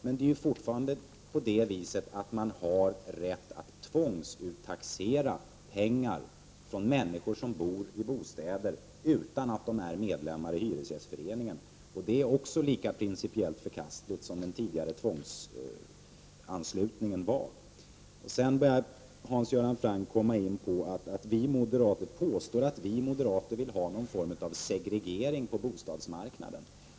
Man har emellertid fortfarande rätt att tvångsuttaxera pengar från människor som bor i bostäder utan att de är medlemmar i Hyresgästföreningen. Det är lika principiellt förkastligt som den tidigare tvångsanslutningen var. Hans Göran Franck sade att vi moderater påstår att vi vill ha någon form av segregering på bostadsmarknaden.